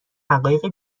حقایق